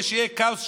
ושיהיה כאוס שלטוני,